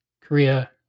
Korea